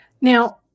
Now